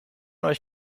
euch